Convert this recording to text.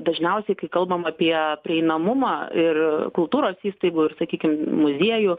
dažniausiai kai kalbam apie prieinamumą ir kultūros įstaigų ir sakykim muziejų